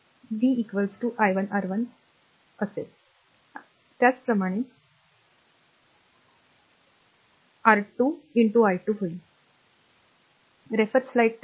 तर v i1 R1 i1 असेल आणि त्याचप्रमाणे r 2r होईल R2 i2 होईल